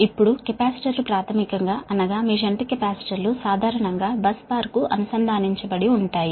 ఇప్పుడు కెపాసిటర్లు ప్రాథమికంగా అనగా మీ షంట్ కెపాసిటర్లు సాధారణంగా బస్ బార్కు అనుసంధానించబడి ఉంటాయి